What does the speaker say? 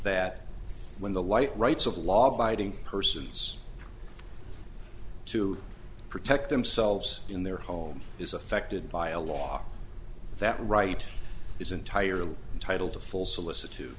that when the light rights of law abiding persons to protect themselves in their home is affected by a law that right is entirely entitled to full solicit